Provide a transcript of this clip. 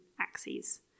axes